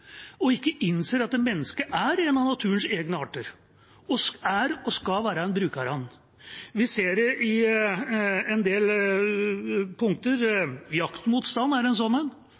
og ikke innser at mennesket er en av naturens egne arter, og er og skal være en bruker av den. Vi ser det i en del punkter. Jaktmotstand er